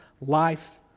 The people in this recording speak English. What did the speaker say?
life